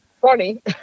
funny